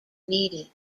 needed